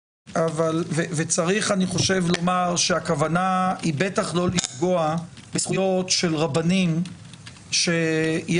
וצריך לומר שהכוונה היא בטח לא לפגוע בזכויות של רבנים שיש